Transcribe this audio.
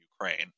Ukraine